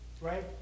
right